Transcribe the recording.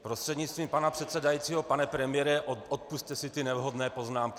Prostřednictvím pana předsedajícího pane premiére, odpusťte si ty nevhodné poznámky.